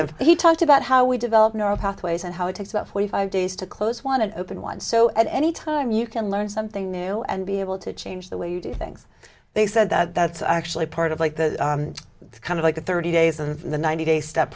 of he talked about how we developed neural pathways and how it takes about forty five days to close one and open one so at any time you can learn something new and be able to change the way you do things they said that's actually part of like the kind of like the thirty days and the ninety day step